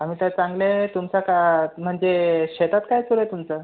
आम्ही तर चांगले आहे तुमचा का म्हणजे शेतात काय सुरू आहे तुमचं